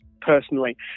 personally